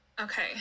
Okay